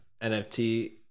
NFT